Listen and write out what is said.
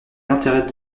l’intérêt